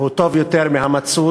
הוא טוב יותר מהמצוי,